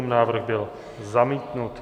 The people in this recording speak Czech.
Návrh byl zamítnut.